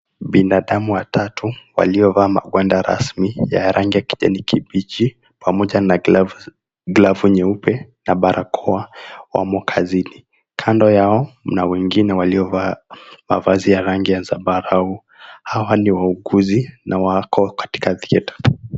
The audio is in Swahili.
Binadamu watatu waliovaa magwanda rasmi ya rangi ya kijani kibichi pamoja na glavu nyeupe na barakoa wamo kazini. Kando yao mna wengine waliovaa mavazi ya rangi ya zambarau. Hawa ni wauguzi na wako katika theater .